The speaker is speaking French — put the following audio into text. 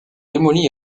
démolies